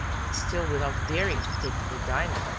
but still without daring to take the blue diamond.